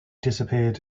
disappeared